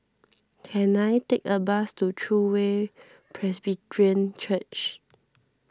can I take a bus to True Way Presbyterian Church